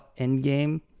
endgame